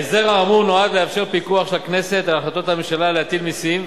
ההסדר האמור נועד לאפשר פיקוח של הכנסת על החלטות הממשלה להטיל מסים,